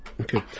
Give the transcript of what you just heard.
Okay